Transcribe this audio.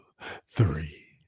three